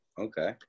Okay